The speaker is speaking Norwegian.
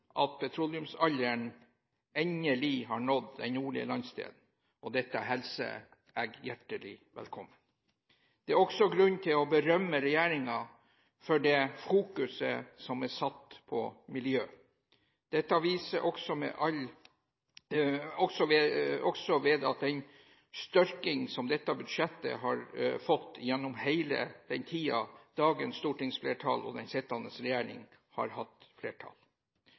at petroleumsalderen endelig har nådd den nordlige landsdelen, og dette hilser jeg hjertelig velkommen. Det er også grunn til å berømme regjeringen for det fokuset som er satt på miljø. Dette vises også ved den styrking dette budsjettet har fått gjennom hele den tiden den sittende regjering og regjeringspartiene i Stortinget har hatt flertall.